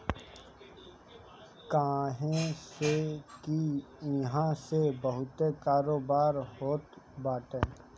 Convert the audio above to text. काहे से की इहा से बहुते कारोबार होत बाटे